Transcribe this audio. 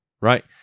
right